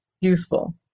useful